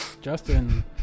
Justin